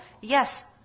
yes